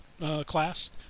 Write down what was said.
class